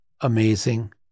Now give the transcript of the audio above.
amazing